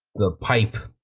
the pipe,